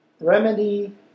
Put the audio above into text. remedy